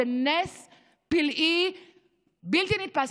זה נס פלאי בלתי נתפס,